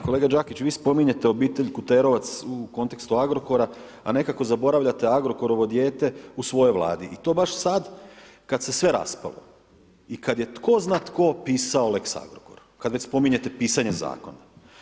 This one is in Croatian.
Kolega Đakić, vi spominjete obitelj Kuterovac u kontekstu Agrokora, a nekako zaboravljate Agrokorovo dijete u svojoj Vladi i to baš sad kad se sve raspalo i kad je tko zna tko pisao lex Agrokor kad već spominjete pisanje zakona.